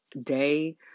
day